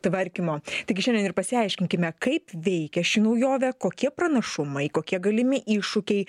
tvarkymo taigi šiandien ir pasiaiškinkime kaip veikia ši naujovė kokie pranašumai kokie galimi iššūkiai